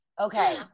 Okay